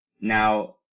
Now